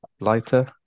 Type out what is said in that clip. lighter